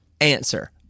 answer